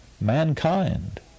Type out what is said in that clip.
mankind